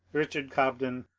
richard cobden,